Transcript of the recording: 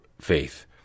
faith